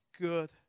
good